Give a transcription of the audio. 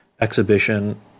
exhibition